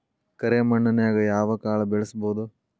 ಕರೆ ಮಣ್ಣನ್ಯಾಗ್ ಯಾವ ಕಾಳ ಬೆಳ್ಸಬೋದು?